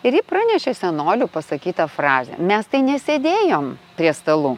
ir ji pranešė senolių pasakytą frazę mes tai nesėdėjom prie stalų